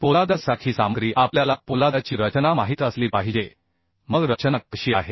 पोलादासारखी सामग्री आपल्याला पोलादाची रचना माहित असली पाहिजे मग रचना कशी आहे